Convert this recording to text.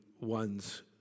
ones